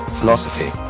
philosophy